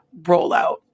rollout